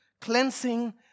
Cleansing